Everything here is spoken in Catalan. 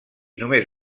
només